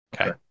Okay